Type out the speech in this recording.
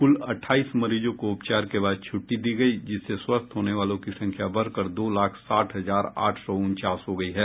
कल अट्ठाईस मरीजों को उपचार के बाद छुट्टी दी गयी जिससे स्वस्थ होने वालों की संख्या बढ़कर दो लाख साठ हजार आठ सौ उनचास हो गयी है